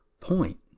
point